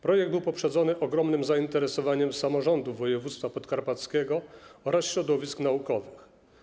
Projekt był poprzedzony ogromnym zainteresowaniem Samorządu Województwa Podkarpackiego oraz środowisk naukowych.